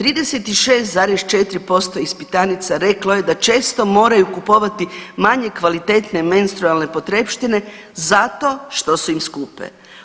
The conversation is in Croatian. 36,4% ispitanica reklo je da često moraju kupovati manje kvalitetne menstrualne potrepštine zato što im skupe.